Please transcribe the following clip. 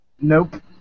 Nope